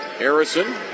Harrison